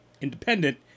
independent